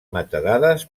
metadades